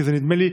כי נדמה לי,